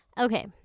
okay